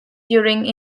during